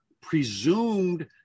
presumed